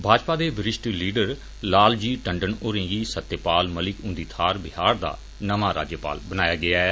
भाजपा दे वरिष्ठ लीडर लाल जी टंडन होरें गी सत्यपाल मलिक हुंदी थाहर बिहार दा नमां राज्यपाल बनाया गेआ ऐ